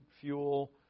fuel